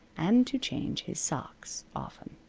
and to change his socks often.